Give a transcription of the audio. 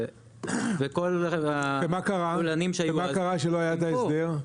וכל ה --- ומה קרה כשלא היה את ההסדר?